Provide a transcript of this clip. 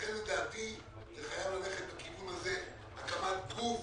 לכן לדעתי זה חייב ללכת בכיוון הזה, הקמת גוף